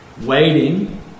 Waiting